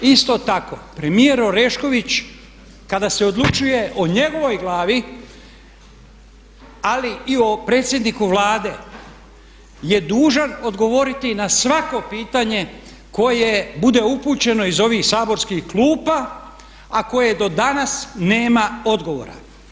Isto tako premijer Orešković kada se odlučuje o njegovoj glavi ali i o predsjedniku Vlade je dužan odgovoriti na svako pitanje koje bude upućeno iz ovih saborskih klupa a koje do danas nema odgovora.